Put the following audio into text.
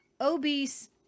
obese